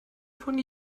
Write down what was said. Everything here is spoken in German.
von